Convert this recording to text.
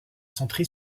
centré